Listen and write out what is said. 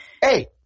Hey